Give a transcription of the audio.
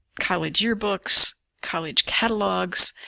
college yearbooks, college catalogs